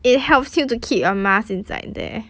it helps you to keep your mask inside there